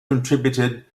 contributed